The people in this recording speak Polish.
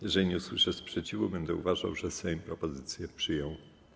Jeżeli nie usłyszę sprzeciwu, będę uważał, że Sejm propozycję przyjął.